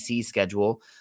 schedule